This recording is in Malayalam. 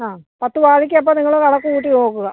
ആ പത്ത് വാഴയ്ക്ക് അപ്പം നിങ്ങൾ കണക്ക് കൂട്ടി നോക്കുക